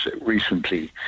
recently